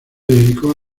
dedicó